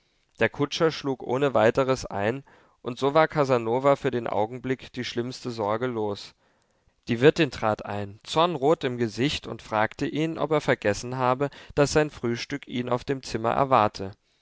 der kutscher schlug ohne weiteres ein und so war casanova für den augenblick die schlimmste sorge los die wirtin trat ein zornrot im gesicht und fragte ihn ob er vergessen habe daß sein frühstück ihn auf dem zimmer erwarte